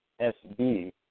SB